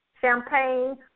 Champagne